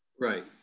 Right